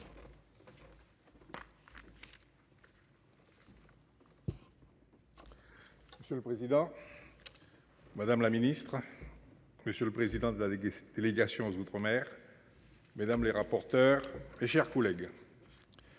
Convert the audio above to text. Monsieur le Président. Madame la Ministre. Monsieur le président de la délégation aux outre-mer. Mesdames les rapporteurs, chers collègues.